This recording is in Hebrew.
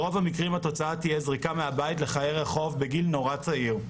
ברוב המקרים התוצאה תהיה זריקה מהבית לחיי רחוב בגיל נורא צעיר.